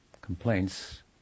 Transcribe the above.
complaints